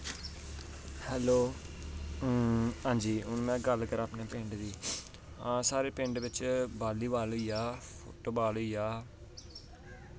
hello हांजी हून में गल्ल करां अपने पिंड दी ते साढ़े पिंड बिच बॉलीबॉल होई गेआ फुटबॉल होई गेआ